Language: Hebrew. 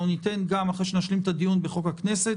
אחרי שנשלים את הדיון בחוק הכנסת,